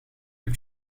him